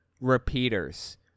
repeaters